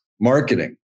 Marketing